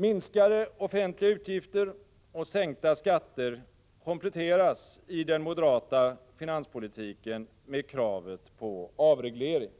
Minskade offentliga utgifter och sänkta skatter kompletteras i den moderata finanspolitiken med kravet på avreglering.